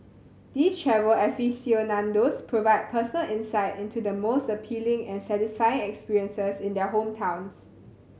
these travel aficionados provide personal insight into the most appealing and satisfying experiences in their hometowns